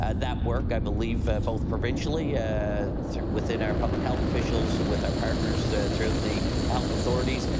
and that work i believe both provincially ah within our public health officials, with our partners throughout the health authorities,